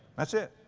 that's it.